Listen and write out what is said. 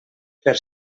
per